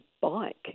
bike